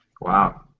Wow